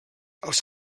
els